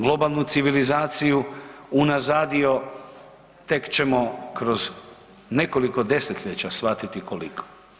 Globalnu civilizaciju unazadio, tek ćemo kroz nekoliko desetljeća shvatiti koliko.